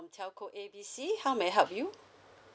telco A B C how may I help you